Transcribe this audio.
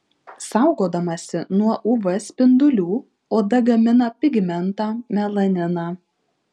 saugodamasi nuo uv spindulių oda gamina pigmentą melaniną